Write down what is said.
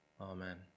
Amen